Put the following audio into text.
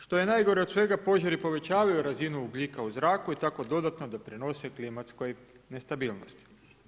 Što je najgore od svega, požari povećavaju razinu ugljika u zraku i tako dodatno doprinose klimatskoj nestabilnosti.